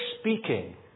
speaking